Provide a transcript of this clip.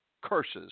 curses